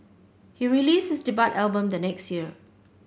he released this debut album the next year